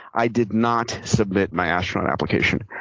i did not submit my astronaut application,